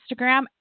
Instagram